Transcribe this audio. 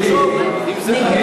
צריך לחשוב אם זה,